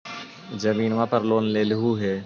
जमीनवा पर लोन लेलहु हे?